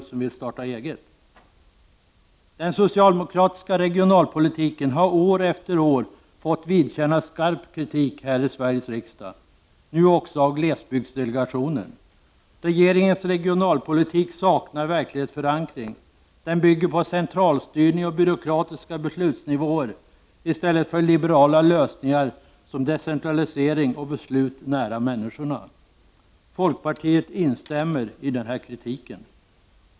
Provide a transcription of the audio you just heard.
Den socialdemokratiska regionalpolitiken har år efter år fått vidkännas skarp kritik här i Sveriges riksdag — nu också av glesbygdsdelegationen. Regeringens regionalpolitik saknar verklighetsförankring, den bygger på centralstyrning och byråkratiska beslutsnivåer i stället för liberala lösningar som decentralisering och beslut nära människorna. Folkpartiet instämmer i den kritiken.